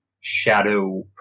shadow